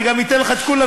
אני גם אתן לך את כולם,